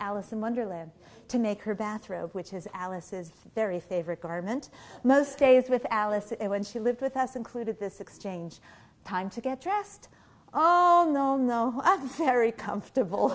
alice in wonderland to make her bathrobe which is alice's very favorite garment most days with alice it when she lived with us included this exchange time to get dressed up and very comfortable